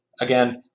Again